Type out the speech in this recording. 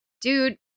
dude